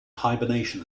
hibernation